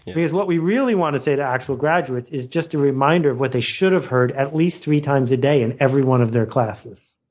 because what we really want to say to actual graduates is just a reminder of what they should have heard at least three times a day in every one of their classes.